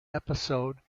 episode